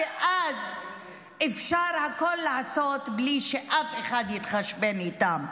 ואז אפשר לעשות הכול בלי שאף אחד יתחשבן איתם.